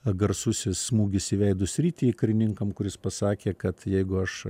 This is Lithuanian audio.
garsusis smūgis į veido sritį karininkam kuris pasakė kad jeigu aš